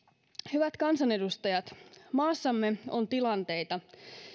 hyvät kansanedustajat maassamme on tilanteita